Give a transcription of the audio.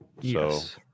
Yes